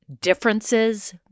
differences